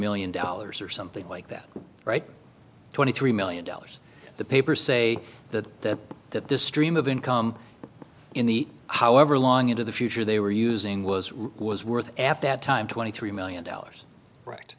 million dollars or something like that right twenty three million dollars the papers say that that this stream of income in the however long into the future they were using was was worth after that time twenty three million dollars